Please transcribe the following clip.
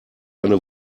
eine